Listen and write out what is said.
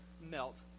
melt